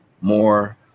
more